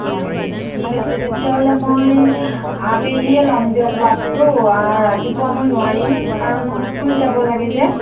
হয় ঠিক আছে তেতিয়াহ'লে মই আবেলিয়েই ল'ম দিয়ক ক্লাছটো আৰু ৰাতিপুৱা মই নোৱাৰিম কাৰণ মই স্কুল যাব লাগে যে